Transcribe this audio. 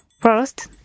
First